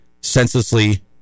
Senselessly